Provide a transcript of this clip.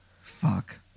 Fuck